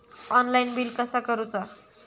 Online bill कसा करुचा?